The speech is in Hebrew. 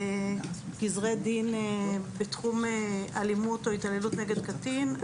גזרי דין בתחום אלימות או התעללות נגד קטין,